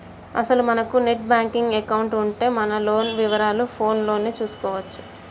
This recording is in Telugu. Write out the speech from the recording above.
అసలు మనకు నెట్ బ్యాంకింగ్ ఎకౌంటు ఉంటే మన లోన్ వివరాలు ఫోన్ లోనే చూసుకోవచ్చు